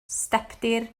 stepdir